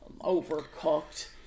overcooked